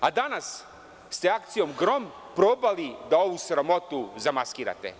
Danas ste akcijom „Grom“ probali da ovu sramotu zamaskirate.